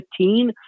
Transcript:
15